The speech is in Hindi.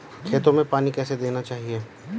खेतों में पानी कैसे देना चाहिए?